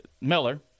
Miller